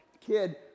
kid